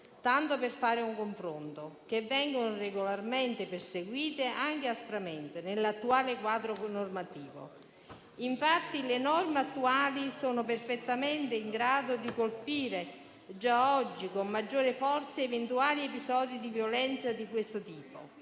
tanto per fare un confronto - che vengono regolarmente perseguiti, anche aspramente, nell'attuale quadro normativo. Infatti le norme attuali sono perfettamente in grado di colpire già oggi, con maggiore forza, eventuali episodi di violenza di questo tipo,